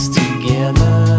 together